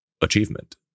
achievement